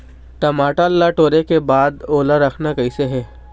टमाटर ला टोरे के बाद ओला रखना कइसे हे?